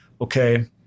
okay